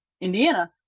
Indiana